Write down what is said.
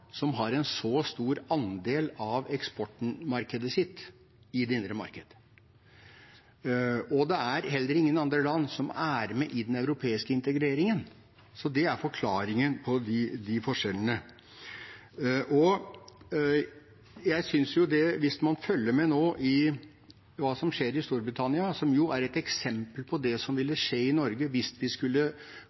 som har en så stor andel av eksportmarkedet sitt i det indre marked. Det er heller ingen andre land som er med i den europeiske integreringen. Det er forklaringen på de forskjellene. Jeg synes at hvis man følger med nå på hva som skjer i Storbritannia, er det et eksempel på det som ville skje i Norge hvis vi skulle